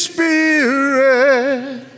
Spirit